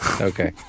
okay